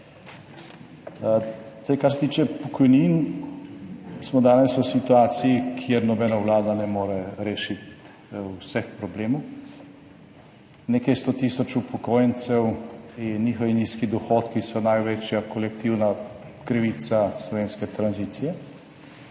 Kar se tiče pokojnin, smo danes v situaciji, kjer nobena vlada ne more rešiti vseh problemov. Nekaj sto tisoč upokojencev in njihovi nizki dohodki so največja kolektivna krivica slovenske tranzicije.